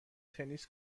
تنیس